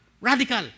Radical